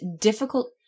difficult